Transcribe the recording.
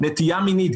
נטייה מינית,